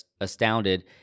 astounded